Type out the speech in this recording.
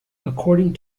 according